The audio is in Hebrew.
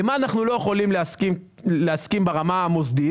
למה אנחנו לא יכולים להסכים ברמה המוסדית?